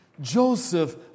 Joseph